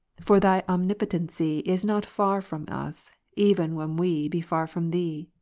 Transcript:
for thy omniidotency is not far from us, even when we be far from thee.